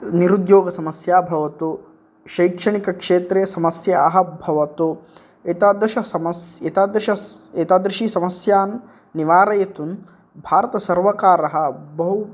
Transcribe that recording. निरुद्योगसमस्या भवतु शैक्षणिकक्षेत्रे समस्याः भवतु एतादृश समस् एतादृशस् एतादृशी समस्यान् निवारयितुं भारतसर्वकारः बहु